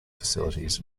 facilities